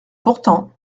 pourtant